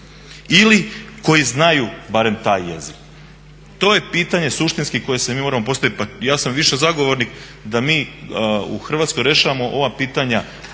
ili koji znaju barem taj jezik? To je pitanje suštinski koje si mi moramo postaviti. Ja sam više zagovornik da mi u Hrvatskoj rješavamo ova pitanja